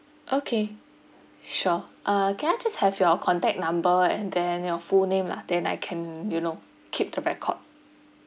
okay sure uh can I just have your contact number and then your full name lah then I can you know keep the record